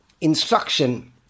instruction